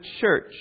church